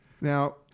Now